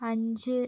അഞ്ച്